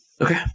Okay